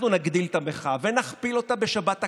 אנחנו נגדיל את המחאה ונכפיל אותה בשבת הקרובה.